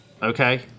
okay